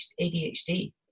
ADHD